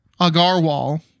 Agarwal